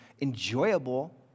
enjoyable